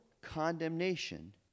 condemnation